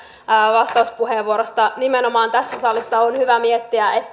vastauspuheenvuorosta nimenomaan tässä salissa on hyvä miettiä